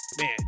Man